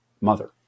mother